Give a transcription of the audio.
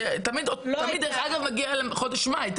זה תמיד מגיע לחודש מאי,